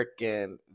freaking